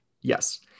Yes